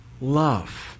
Love